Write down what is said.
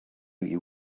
you